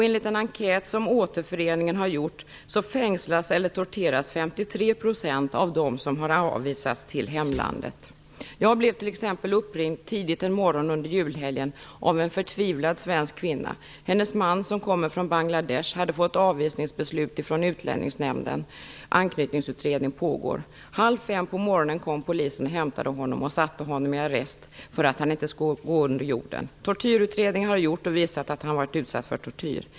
Enligt en enkät som Återföreningen har gjort fängslas eller torteras 53 % av dem som har avvisats till hemlandet. Jag blev t.ex. uppringd tidigt en morgon under julhelgen av en förtvivlad svensk kvinna. Hennes man som kommer från Bangladesh hade fått avvisningsbeslut från Utlänningsnämnden. Anknytningsutredning pågår. Halv fem på morgonen kom polisen och hämtade honom och satte honom i arrest för att han inte skulle gå under jorden. Det har gjorts en tortyrutredning som har visat att han har varit utsatt för tortyr.